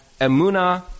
emuna